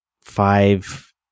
five